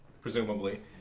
presumably